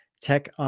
tech